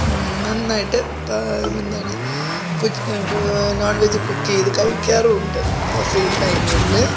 നന്നായിട്ട് പാ എന്താണ് കൊച് കൂ നോൺ വെജ് കുക്ക് ചെയ്തു കഴിക്കാറുണ്ട് ഫ്രീ ടൈമുകളിൽ